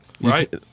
right